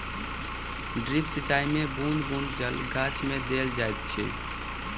drip सिचाई मे बूँद बूँद जल गाछ मे देल जाइत अछि